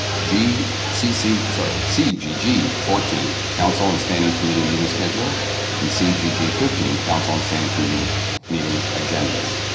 g cc sorry cg g fourteen council and standing committee meeting schedule and cg g fifteen council and standing committee meeting agendas